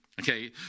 okay